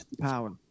power